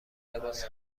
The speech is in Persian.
لباس